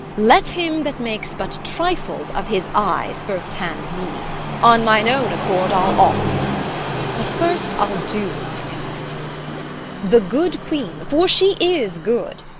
let him that makes but trifles of his eyes first hand me on mine own accord i'll off but first i'll do my errand the good queen, for she is good,